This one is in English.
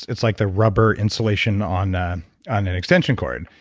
it's like the rubber insulation on on an extension cord.